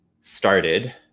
started